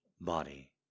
Body